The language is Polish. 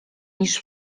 niż